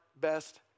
best